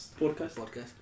Podcast